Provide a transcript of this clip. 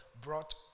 brought